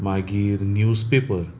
मागीर news paper